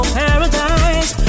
paradise